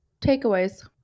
takeaways